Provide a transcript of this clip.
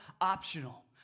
optional